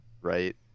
right